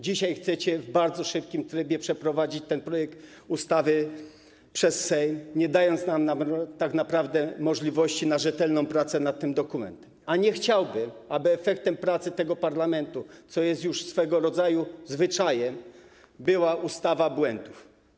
Dzisiaj chcecie w bardzo szybkim trybie przeprowadzić ten projekt ustawy przez Sejm, nie dając nam tak naprawdę możliwości na rzetelną pracę nad tym dokumentem, a nie chciałbym, aby efektem pracy tego parlamentu, co jest już swego rodzaju zwyczajem, była ustawa z błędami.